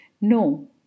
No